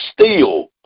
steal